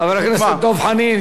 חבר הכנסת דב חנין.